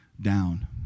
down